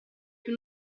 più